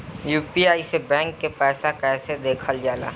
UPI से bank के पैसा कैसे देखल जाला?